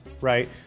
right